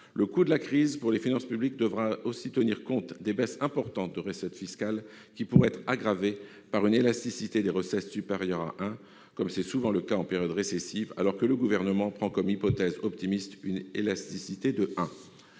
Le coût de la crise pour les finances publiques devra aussi tenir compte des baisses importantes de recettes fiscales, qui pourraient être aggravées par une élasticité des recettes supérieure à un, comme c'est souvent le cas en période récessive, alors que le Gouvernement prend comme hypothèse optimiste une élasticité de 1.